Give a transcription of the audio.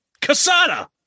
Casada